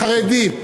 חרדים,